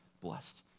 blessed